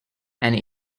and